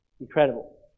Incredible